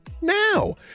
Now